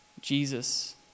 Jesus